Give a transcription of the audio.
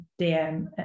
DM